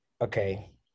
okay